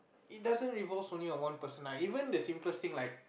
it doesn't involves only on one person lah even the simplest thing like